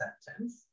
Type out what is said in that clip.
sentence